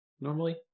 normally